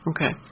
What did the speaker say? Okay